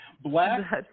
black